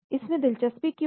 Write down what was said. इसमें दिलचस्पी क्यों है